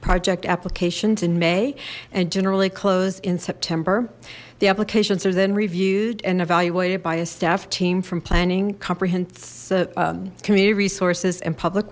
project applications in may and generally close in september the applications are then reviewed and evaluated by a staff team from planning comprehensive community resources and public